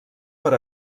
per